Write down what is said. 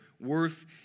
worth